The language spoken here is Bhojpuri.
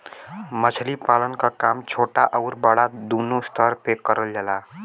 मछली पालन क काम छोटा आउर बड़ा दूनो स्तर पे करल जाला